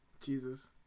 Jesus